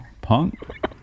punk